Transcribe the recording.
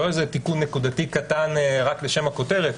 לא תיקון נקודתי קטן רק לשם הכותרת,